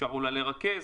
אפשר אולי לרכז?